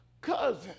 cousin